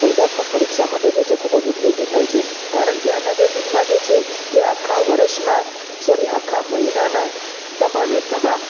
સ્પર્ધાત્મક પરીક્ષા માટે જે છે ખૂબ જ ઉપયોગી થાય છે કારણ કે આ મેગેઝિનમાં જે છે એ આખા વર્ષનાં સોરી આખા મહિનાનાં તમામે તમામ